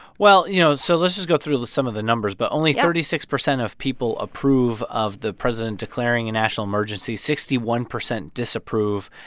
well, you know, so let's just go through some of the numbers, but only thirty six percent of people approve of the president declaring a national emergency sixty one percent disapprove.